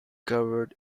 covered